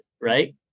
right